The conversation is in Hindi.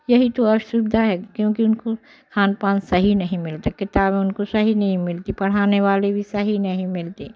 यही तो असुविधा है क्योंकि उनको खान पान सही नहीं मिलते किताबें उनको सही नहीं मिलती पढ़ाने वाली भी सही नहीं मिलती